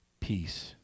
Peace